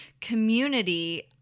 community